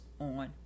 on